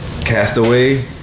Castaway